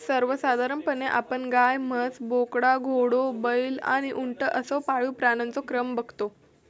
सर्वसाधारणपणे आपण गाय, म्हस, बोकडा, घोडो, बैल आणि उंट असो पाळीव प्राण्यांचो क्रम बगतो